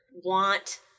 want